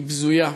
היא בזויה.